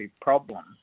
problem